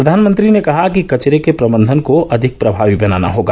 प्रधानमंत्री ने कहा कि कचरे के प्रबंधन को अधिक प्रभावी बनाना होगा